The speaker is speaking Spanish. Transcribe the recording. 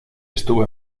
estuvo